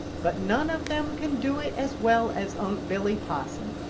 but none of them can do it as well as unc' billy possum.